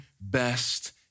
best